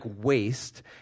waste